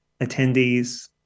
attendees